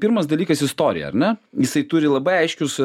pirmas dalykas istoriją ar ne jisai turi labai aiškius